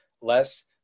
less